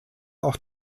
auch